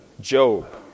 Job